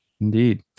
Indeed